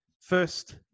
First